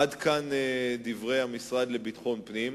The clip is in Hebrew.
עד כאן דברי המשרד לביטחון פנים.